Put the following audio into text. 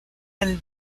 and